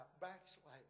backsliding